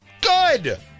Good